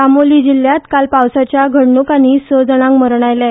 चामोली जिल्ल्यात काल पावसाच्या घडणूकानी स जणांक मरण आयले